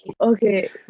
Okay